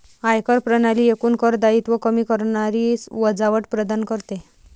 आयकर प्रणाली एकूण कर दायित्व कमी करणारी वजावट प्रदान करते